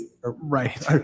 right